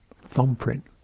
thumbprint